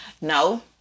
no